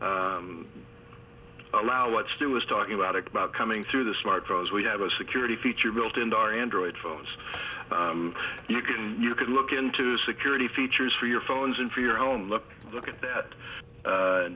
allow what still was talking about about coming through the smartphones we have a security feature built into our android phones you can you can look into security features for your phones and for your home look look at that